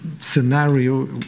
scenario